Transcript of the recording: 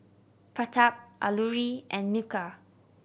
Pratap Alluri and Milkha